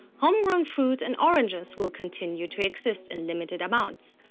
homegrown fruit and oranges will continue to exist in limited amounts,